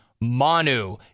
Manu